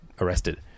arrested